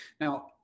Now